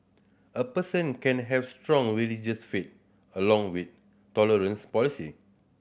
a person can have strong religious faith along with tolerant policy